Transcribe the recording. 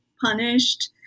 punished